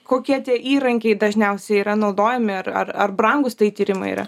kokie tie įrankiai dažniausiai yra naudojami ir ar ar brangūs tai tyrimai yra